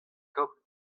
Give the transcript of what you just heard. tomm